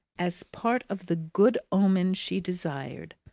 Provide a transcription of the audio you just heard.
as part of the good omen she desired,